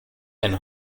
ein